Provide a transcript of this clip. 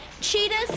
Cheetahs